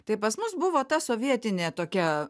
tai pas mus buvo ta sovietinė tokia